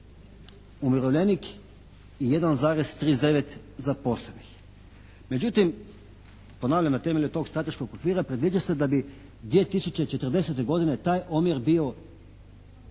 umirovljenik i 1,39 zaposlenih. Međutim, ponavljam na temelju tog Strateškog okvira predviđa se da bi 2040. godine taj omjer bio